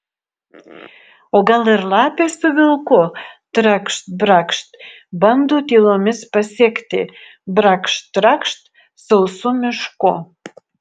o gal ir lapė su vilku trakšt brakšt bando tylomis pasekti brakšt trakšt sausu mišku